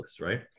right